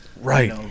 right